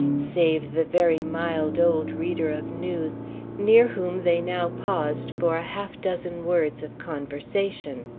save the very mild old reader of news near whom they now paused for a half-dozen words of conversation.